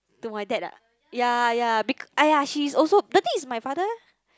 to my dad [ah]> ya ya bec~ she is also the thing is my father